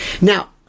now